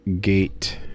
gate